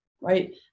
right